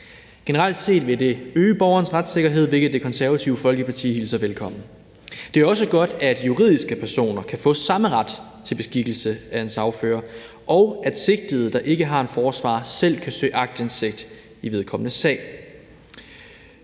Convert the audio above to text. Generelt set vil det øge borgerens retssikkerhed, hvilket Det Konservative Folkeparti hilser velkommen. Det er også godt, at juridiske personer kan få samme ret til beskikkelse af en sagfører, og at sigtede, der ikke har en forsvarer, selv kan søge aktindsigt i sin sag.